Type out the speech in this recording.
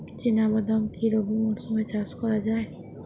চিনা বাদাম কি রবি মরশুমে চাষ করা যায়?